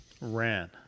Ran